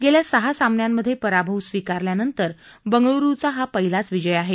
गेल्या सहा सामन्यांमध्ये पराभव स्वीकारल्यानंतर बंगळुरूचा हा पहिलाच विजय आहे